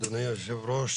אדוני היושב-ראש,